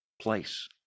place